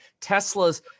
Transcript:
Tesla's